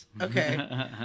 Okay